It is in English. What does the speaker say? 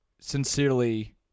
sincerely